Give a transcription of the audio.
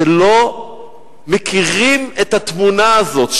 שלא מכירים את התמונה הזו,